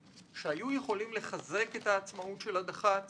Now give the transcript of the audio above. שהיו יכולים לחזק את העצמאות של הדח"צ